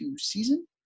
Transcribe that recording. season